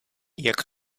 jak